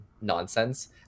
nonsense